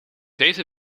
deze